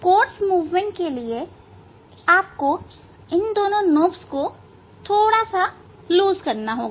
course movement के लिए आपको इन दोनों नॉब को थोड़ा ढीला करना होगा